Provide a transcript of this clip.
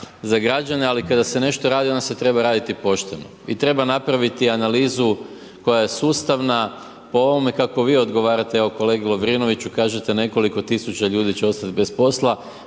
za građane, ali kada se nešto radi, onda se treba raditi pošteno, i treba napraviti analizu koja je sustavna. Po ovome kako vi odgovarate, evo kolegi Lovrinoviću kažete nekoliko tisuća ljudi će ostati bez posla,